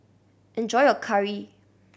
enjoy your curry